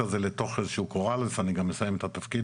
הזה לתוך איזו שהיא קורה ואני גם מסיים את התפקיד